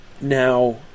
now